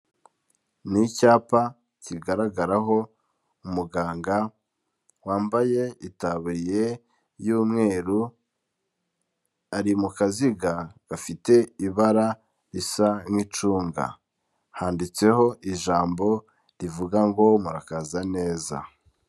Ni icyapa kigaragaraho umuganga wambaye itaburiye y'umweru, ari mu kaziga gafite ibara risa nk'icunga, handitseho ijambo rivuga ngo murakaza neza.